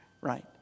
Right